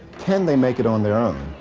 can they make it on their own?